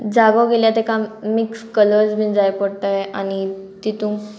जागो गेल्यार तेका मिक्स कलर्स बीन जाय पडटाय आनी तितूंक